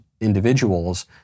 individuals